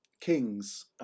kings